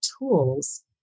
tools